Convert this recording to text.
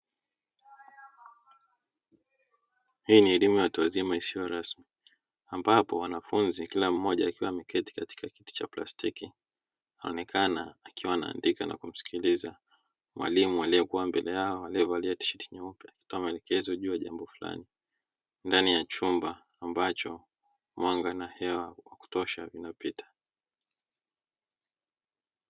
Hii ni elimu ya watu wazima isiyo rasmi ambapo wanafunzi kila mmoja akiwa ameketi katika kiti cha plastiki anaonekana akiwa anaandika na kumsikiliza mwalimu aliyekuwa mbele yao, aliyevalia tisheti nyeupe akitoa maelekezo juu ya jambo fulani ndani ya chumba ambacho mwanga na hewa wakutosha vina pita.